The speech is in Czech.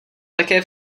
také